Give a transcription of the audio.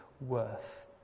worth